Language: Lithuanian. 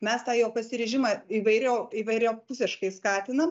mes tą jo pasiryžimą įvairio įvairiapusiškai skatinam